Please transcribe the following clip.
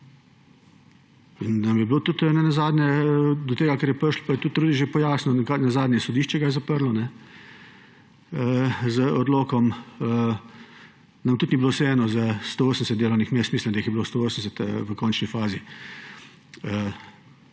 nam je bilo tudi ne nazadnje do tega, kar je prišlo, pa tudi Rudi že pojasnil, nazadnje ga je sodišče zaprlo z odlokom. Nam tudi ni bilo vseeno za 180 delovnih mest – mislim, da jih je bilo 180 v končni fazi